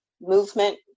movement